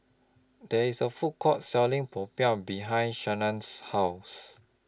There IS A Food Court Selling Popiah behind Shyann's House